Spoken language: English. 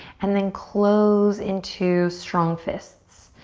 and then close into strong fists.